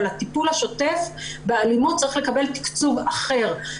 אבל הטיפול השוטף באלימות צריך לקבל תקצוב אחר.